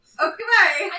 okay